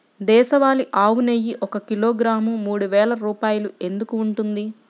దేశవాళీ ఆవు నెయ్యి ఒక కిలోగ్రాము మూడు వేలు రూపాయలు ఎందుకు ఉంటుంది?